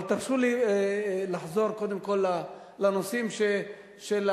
אבל תרשו לי לחזור קודם כול לנושאים של החוק,